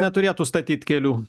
neturėtų statyt kelių